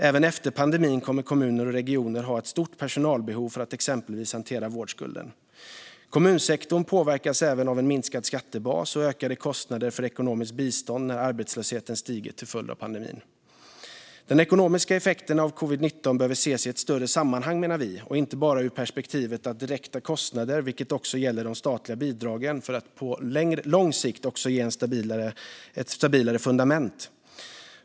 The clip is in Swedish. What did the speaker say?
Även efter pandemin kommer kommuner och regioner att ha ett stort personalbehov för att exempelvis hantera vårdskulden. Kommunsektorn påverkas även av en minskad skattebas och ökade kostnader för ekonomiskt bistånd när arbetslösheten stiger till följd av pandemin. Den ekonomiska effekten av covid-19 behöver ses i ett större sammanhang, menar vi, och inte bara ur perspektivet av direkta kostnader. Det gäller också de statliga bidragen för att på lång sikt ge ett stabilare fundament.